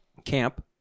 camp